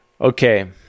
Okay